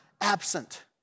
absent